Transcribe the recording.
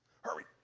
Hurry